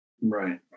Right